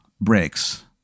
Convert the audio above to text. breaks